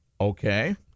Okay